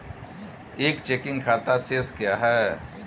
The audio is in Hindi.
एक चेकिंग खाता शेष क्या है?